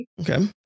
okay